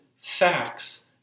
facts